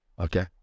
Okay